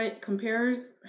compares